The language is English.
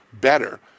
better